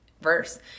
verse